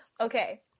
Okay